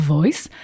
Voice